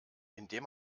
indem